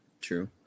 true